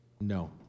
No